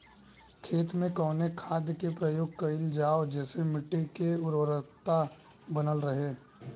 खेत में कवने खाद्य के प्रयोग कइल जाव जेसे मिट्टी के उर्वरता बनल रहे?